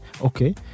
okay